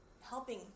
helping